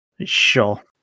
Sure